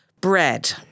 Bread